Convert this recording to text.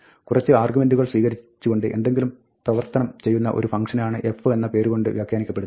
കുറച്ച് ആർഗ്യുമെന്റുകൾ സ്വീകരിച്ചുകൊണ്ട് എന്തെങ്കിലും പ്രവർത്തനം ചെയ്യുന്ന ഒരു ഫംഗ്ഷനെയാണ് f എന്ന പേര് കൊണ്ട് വ്യാഖ്യാനിക്കപ്പെടുന്നത്